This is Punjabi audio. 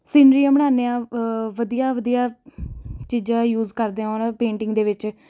ਸਿਨਰੀਆਂ ਬਣਾਉਂਦੇ ਹਾਂ ਵਧੀਆ ਵਧੀਆ ਚੀਜ਼ਾਂ ਯੂਜ ਕਰਦੇ ਹਾਂ ਉਨ੍ਹਾਂ ਪੇਂਟਿੰਗ ਦੇ ਵਿੱਚ